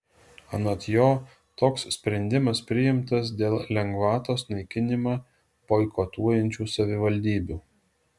anot jo toks sprendimas priimtas dėl lengvatos naikinimą boikotuojančių savivaldybių